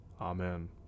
Amen